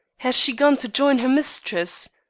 has she gone to join her mistress?